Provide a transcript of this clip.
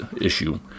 issue